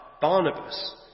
Barnabas